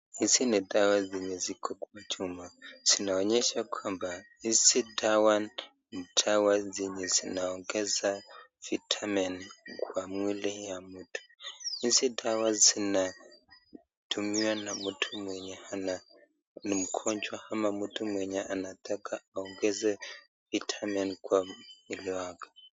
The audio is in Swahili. Hizi ni dawa zenye ziko kwa chupa inaonyesha kwamba hizi dawa ni dawa zenye zunaongeza vitameen kwa mwili ya hizi dawa zinatumiwa na mtu mwenye ana ni mgonjwa ama mtu mwenye ama mtu mwenye anataka kuongeza vitamini kwa mwili wake.